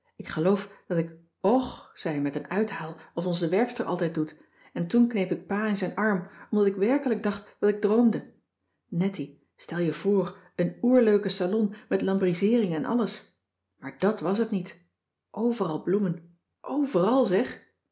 ik geloof dat ik och zei met een uithaal als onze werkster altijd doet en toen kneep ik pa in zijn arm omdat ik werkelijk dacht dat ik droomde nettie stel je voor een oer leuke salon met lambriseering en alles maar dàt was het niet overal bloemen ovèral zeg